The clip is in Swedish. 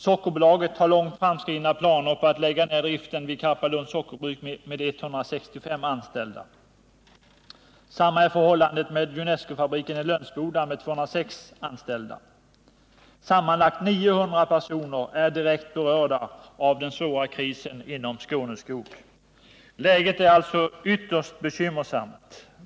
Sockerbolaget har långt framskridna planer på att lägga ned driften vid Karpalunds Sockerbruk med 165 anställda. Samma är förhållandet med Junescofabriken i Lönsboda med 206 anställda. Sammanlagt 900 personer är direkt berörda av den svåra krisen inom Skåneskog. Läget är alltså ytterst bekymmersamt.